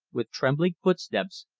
with trembling footsteps,